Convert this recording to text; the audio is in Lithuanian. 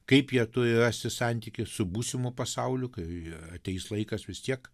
kaip jie turi rasti santykį su būsimu pasauliu kai ateis laikas vis tiek